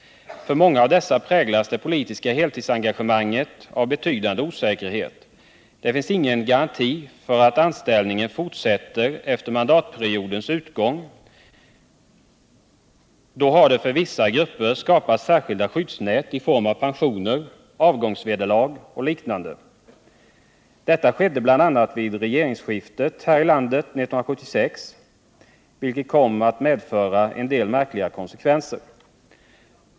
För många av dessa präglas det politiska heltidsengagemanget av betydande osäkerhet. Det finns ingen garanti för att anställningen fortsätter efter mandatperiodens utgång. Därför har det för vissa grupper skapats särskilda skyddsnät i form av pensioner, avgångsvederlag och liknande. Detta skedde bl.a. vid regeringsskiftet här i landet 1976, vilket kom att medföra en del märkliga konsekvenser.